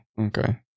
okay